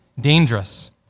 dangerous